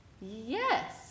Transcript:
Yes